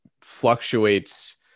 fluctuates